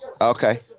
Okay